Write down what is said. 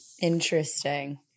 Interesting